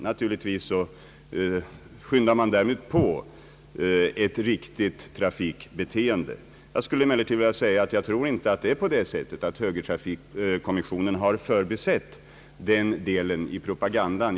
Naturligtvis skyndar man därmed på ett riktigt trafikbeteende. Jag skulle emellertid vilja säga att jag inte tror att högertrafikkommissionen har förbisett den delen i propagandan.